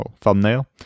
thumbnail